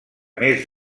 més